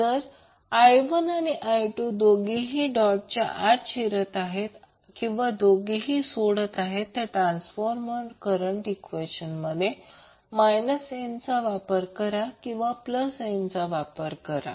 जर I1आणि I2 दोघेही डॉटच्या आत शिरत आहेत किंवा दोघेही सोडत आहेत तर ट्रांसफार्मरच्या करंट ईक्वेशनमध्ये n चा वापर करा किंवा n चा वापर करा